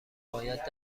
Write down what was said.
باید